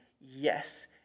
yes